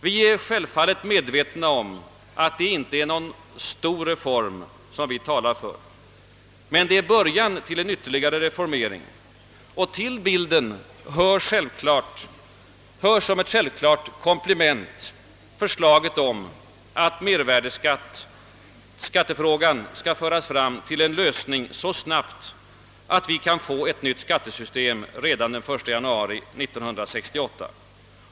Vi är självfallet medvetna om att det inte är någon stor reform som vi talar för, men den är början till en ytterligare reformering. Och till bilden hör som ett självklart komplement förslaget om att mervärdeskattefrågan skall föras fram till en lösning så snabbt att vi kan få ett nytt skattesystem redan den 1 januari 1968.